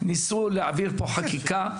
ניסו להעביר פה חקיקה,